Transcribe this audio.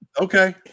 Okay